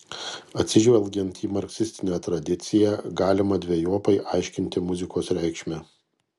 atsižvelgiant į marksistinę tradiciją galima dvejopai aiškinti muzikos reikšmę